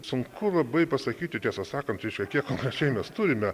sunku labai pasakyti tiesą sakant tai čia kiek konkrečiai mes turime